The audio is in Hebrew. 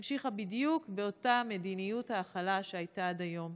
המשיכה בדיוק באותה מדיניות ההכלה שהייתה עד היום.